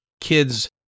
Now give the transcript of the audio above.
Kids